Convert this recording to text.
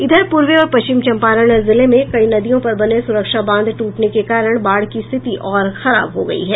इधर पूर्वी और पश्चिम चंपारण जिले में कई नदियों पर बने सुरक्षा बांध टूटने के कारण बाढ़ की स्थिति और खराब हो गयी है